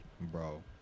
Bro